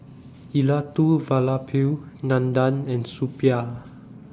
Elattuvalapil Nandan and Suppiah